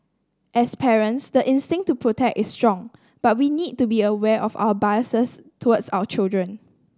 as parents the instinct to protect is strong but we need to be aware of our biases towards our children